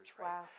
Wow